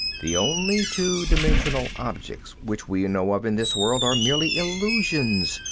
the only two-dimensional objects which we know of in this world are merely illusions,